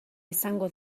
izango